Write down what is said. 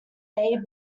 they